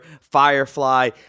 Firefly